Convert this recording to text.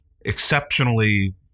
exceptionally